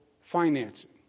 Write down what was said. financing